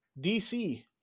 dc